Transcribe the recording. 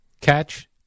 catch